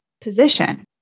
position